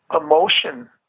emotion